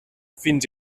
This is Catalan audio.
fins